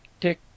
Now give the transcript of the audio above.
tick